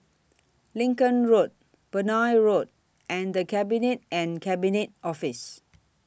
Lincoln Road Benoi Road and The Cabinet and Cabinet Office